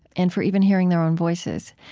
and for even hearing their own voices.